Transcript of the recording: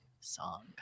song